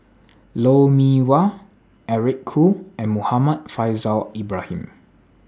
Lou Mee Wah Eric Khoo and Muhammad Faishal Ibrahim